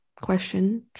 question